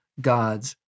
God's